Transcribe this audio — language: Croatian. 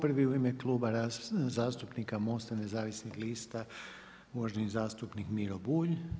Prvi u ime Kluba zastupnika Most-a nezavisnih lista uvaženi zastupnik Miro Bulj.